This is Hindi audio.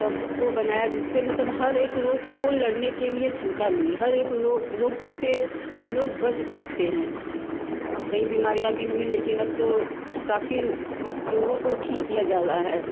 कब को बनाया जिससे मतलब हर एक लोग को लड़ने के लिए क्षमता भी है हर एक रोग से लोग बच सकते हैं कई बीमारियाँ भी हुई लेकिन अब तो काफ़ी लोगों को ठीक किया जा रहा है